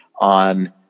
on